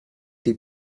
the